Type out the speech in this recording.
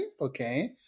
okay